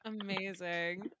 amazing